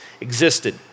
existed